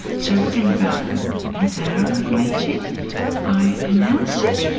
so within about an hour of meeting i announced it,